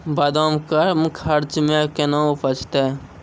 बादाम कम खर्च मे कैना उपजते?